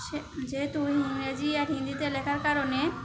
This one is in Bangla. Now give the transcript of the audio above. সে যেহেতু ইংরেজি আর হিন্দিতে লেখার কারণে